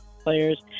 players